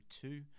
two